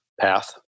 path